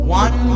one